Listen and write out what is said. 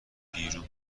بیرون